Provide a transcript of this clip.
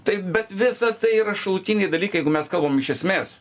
tai bet visa tai yra šalutiniai dalykai jeigu mes kalbam iš esmės